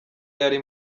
yari